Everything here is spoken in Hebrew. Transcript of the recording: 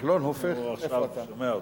עכשיו הוא שומע אותך.